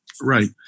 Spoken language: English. Right